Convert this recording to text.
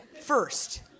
first